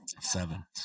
seven